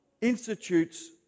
institutes